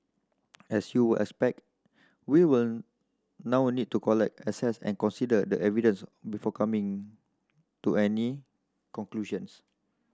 as you will expect we will now need to collect assess and consider the evidence before coming to any conclusions